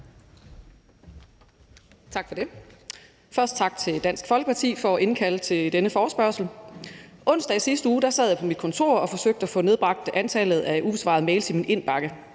Tak for det. Først tak til Dansk Folkeparti for at indkalde til denne forespørgsel. Onsdag i sidste uge sad jeg på mit kontor og forsøgte at få nedbragt antallet af ubesvarede mails i min indbakke.